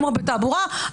כמו בתעבורה,